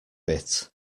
bit